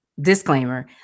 disclaimer